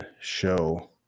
show